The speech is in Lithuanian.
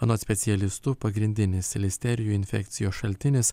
anot specialistų pagrindinis listerijų infekcijos šaltinis